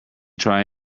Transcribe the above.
try